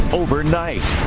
overnight